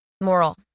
Moral